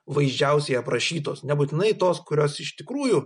vaizdžiausiai aprašytos nebūtinai tos kurios iš tikrųjų